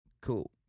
Cool